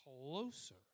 closer